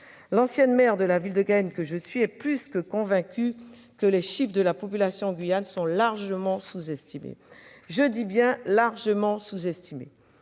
L'ancienne maire de la ville de Cayenne que je suis est plus que convaincue que les chiffres de la population en Guyane sont largement sous-estimés, et j'insiste sur ce terme.